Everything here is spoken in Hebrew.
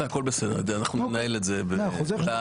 אז אנחנו לא נעשה את זה ישירות מולכם, זה העניין.